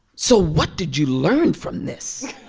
so what did you learn from this?